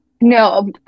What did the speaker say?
No